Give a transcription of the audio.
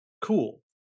cool